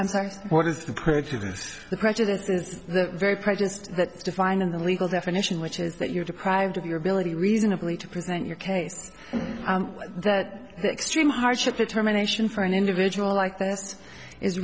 i'm sorry what is the prejudice the prejudice is very prejudiced that defined in the legal definition which is that you are deprived of your ability reasonably to present your case that extreme hardship determination for an individual